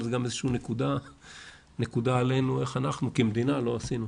אבל זו גם איזושהי נקודה עלינו איך אנחנו כמדינה לא עשינו.